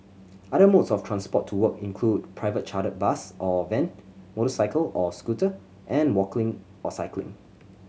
other modes of transport to work include private chartered bus or van motorcycle or scooter and walking or cycling